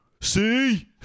See